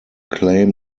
claim